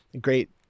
great